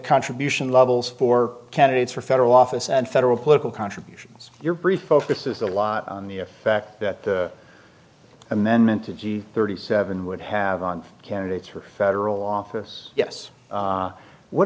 contribution levels for candidates for federal office and federal political contributions your brief focuses a lot on the fact that amendment to g thirty seven would have on candidates for federal office yes what